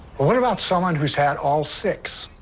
but what about someone who's had all six.